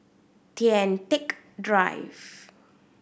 Kian Teck Drive